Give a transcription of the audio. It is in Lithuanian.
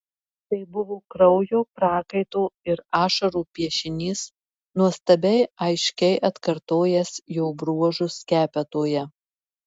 tai buvo kraujo prakaito ir ašarų piešinys nuostabiai aiškiai atkartojęs jo bruožus skepetoje